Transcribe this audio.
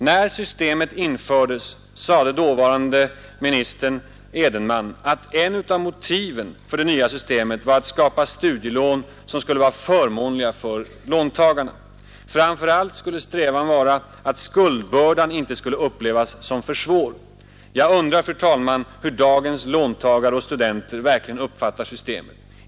När systemet infördes sade dåvarande ministern Edenman att ett av motiven för det nya systemet var att skapa studielån som skulle vara förmånliga för låntagarna. Framför allt skulle strävan vara att skuldbördan inte skulle upplevas som för svår. Jag undrar, fru talman, hur dagens låntagare och studenter verkligen uppfattar systemet?